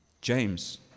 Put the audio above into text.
James